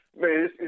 man